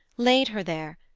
laid her there,